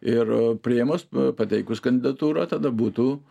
ir priėmus pateikus kandidatūrą tada būtų